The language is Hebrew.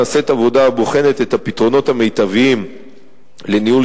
נעשית עבודה הבוחנת את הפתרונות המיטביים לניהול